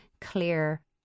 clear